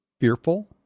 fearful